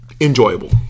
enjoyable